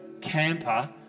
camper